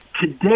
today